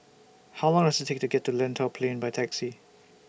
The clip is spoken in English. How Long Does IT Take to get to Lentor Plain By Taxi